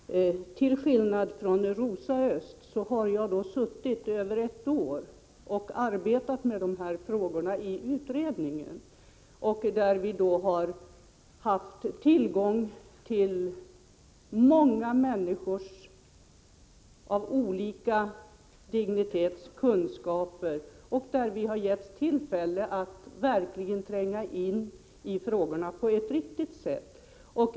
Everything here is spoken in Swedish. Herr talman! Till skillnad från Rosa Östh har jag i över ett år arbetat med dessa frågor i utredningen. Där har vi haft tillgång till många människors kunskaper av olika dignitet. Vi har också getts tillfälle att verkligen tränga ini frågorna på ett riktigt sätt.